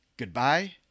Goodbye